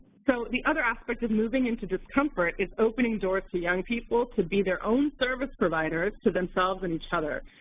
so the other aspect of moving into discomfort is opening doors to young people to be their own service providers to themselves and each other.